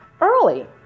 early